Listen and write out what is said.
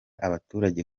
abaturage